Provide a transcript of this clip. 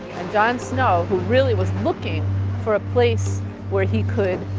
and john snow, who really was looking for a place where he could,